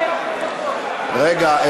רגע,